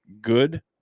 good